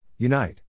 Unite